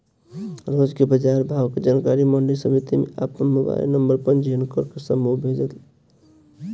रोज के बाजार भाव के जानकारी मंडी समिति में आपन मोबाइल नंबर पंजीयन करके समूह मैसेज से होई?